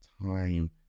time